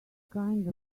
kind